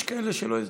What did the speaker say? יש כאלה שלא יזדקקו.